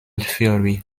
theory